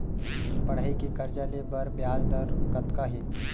पढ़ई के कर्जा ले बर ब्याज दर कतका हे?